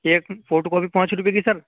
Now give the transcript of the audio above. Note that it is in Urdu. ایک فوٹو کاپی پانچ روپیے کی سر